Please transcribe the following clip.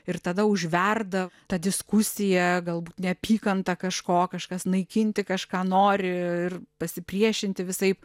ir tada užverda ta diskusija galbūt neapykanta kažko kažkas naikinti kažką nori ir pasipriešinti visaip